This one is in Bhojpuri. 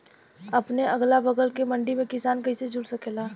अपने अगला बगल के मंडी से किसान कइसे जुड़ सकेला?